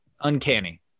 Uncanny